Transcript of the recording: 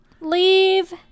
Leave